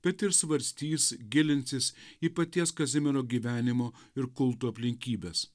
bet ir svarstys gilinsis į paties kazimiero gyvenimo ir kulto aplinkybes